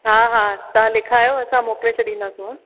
हा हा तव्हां लिखायो असां मोकिले छॾींदसि मां